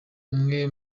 umwe